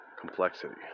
complexity